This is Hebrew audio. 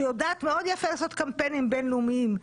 שיודעת יפה מאוד לעשות קמפיינים בינלאומיים,